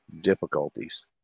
difficulties